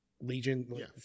legion